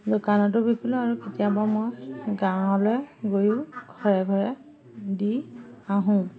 দোকানতো বিকিলোঁ আৰু কেতিয়াবা মই গাঁৱলে গৈও ঘৰে ঘৰে দি আহোঁ